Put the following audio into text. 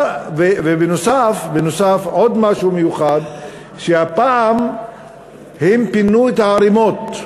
בנוסף, עוד משהו מיוחד, הפעם הם פינו את הערמות.